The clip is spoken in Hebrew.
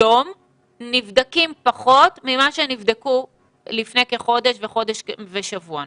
היום נבדקים פחות ממה שנבדקו לפי כחודש וחודש ושבוע,